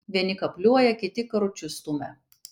vieni kapliuoja kiti karučius stumia